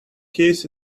keys